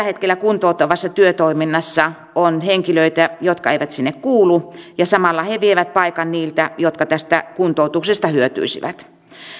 hetkellä kuntouttavassa työtoiminnassa on henkilöitä jotka eivät sinne kuulu ja jotka samalla vievät paikan niiltä jotka tästä kuntoutuksesta hyötyisivät